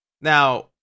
Now